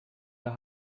der